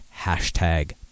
hashtag